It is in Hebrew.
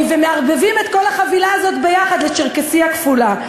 ומערבבים את כל החבילה הזאת יחד לצ'רקסייה כפולה.